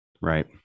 Right